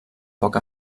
poc